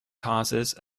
causes